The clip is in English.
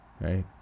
right